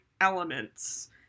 elements